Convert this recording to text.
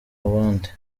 abandi